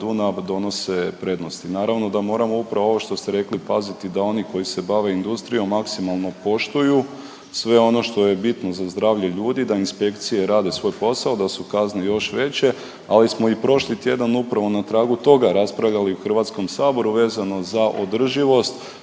Dunav donose prednosti. Naravno da moramo upravo ovo što ste rekli, paziti da oni koji se bave industrijom maksimalno poštuju sve ono što je bitno za zdravlje ljudi, da inspekcije rade svoj posao, da su kazne još veće, ali smo i prošli tjedan, upravo na tragu toga raspravljali u HS-u vezano za održivost